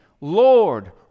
lord